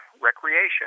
recreation